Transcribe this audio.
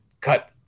cut